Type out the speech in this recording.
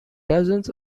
dozens